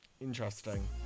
Interesting